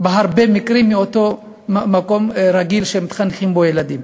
אותו מקום רגיל שמתחנכים בו ילדים.